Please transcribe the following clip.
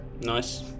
Nice